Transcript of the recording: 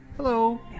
Hello